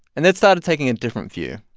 and they started taking a different view,